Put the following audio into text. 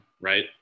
right